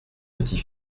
petit